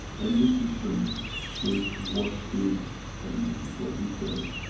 and this system is what is and this is what we said.